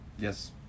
Yes